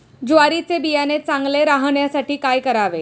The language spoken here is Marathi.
ज्वारीचे बियाणे चांगले राहण्यासाठी काय करावे?